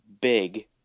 big